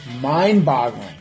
mind-boggling